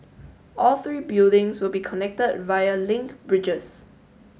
all three buildings will be connected via link bridges